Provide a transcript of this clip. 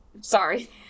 Sorry